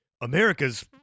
America's